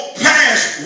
past